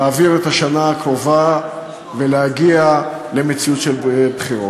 להעביר את השנה הקרובה ולהגיע למציאות של בחירות.